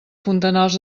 fontanals